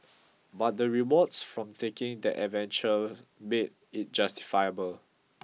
but the rewards from taking that adventure made it justifiable